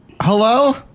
hello